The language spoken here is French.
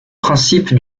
principe